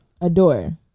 adore